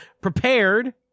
prepared